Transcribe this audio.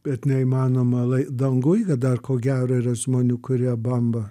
bet neįmanoma lai danguj dar ko gero yra žmonių kurie bamba